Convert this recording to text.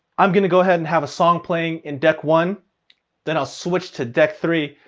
i'm gonna go ahead and have a song playing in deck one then i'll switch to deck three.